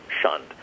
shunned